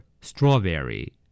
Strawberry